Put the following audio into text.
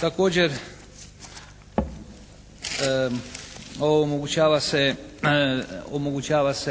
Također ovo omogućava se